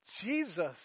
Jesus